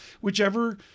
whichever